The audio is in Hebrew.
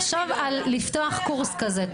אחשוב לפתוח קורס כזה.